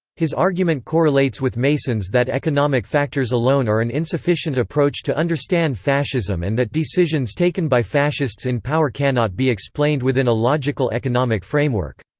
his argument correlates with mason's that economic factors alone are an insufficient approach to understand fascism and that decisions taken by fascists in power cannot be explained within a logical economic framework.